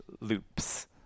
loops